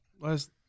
Last